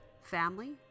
family